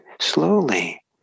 slowly